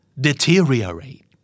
Deteriorate